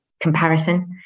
comparison